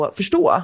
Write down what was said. förstå